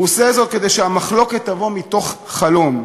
הוא עושה זאת כדי שהמחלוקת תבוא מתוך חלום,